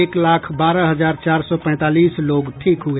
एक लाख बारह हजार चार सौ पैंतालीस लोग ठीक हुए